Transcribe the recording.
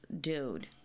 dude